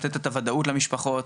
לתת את הוודאות למשפחות.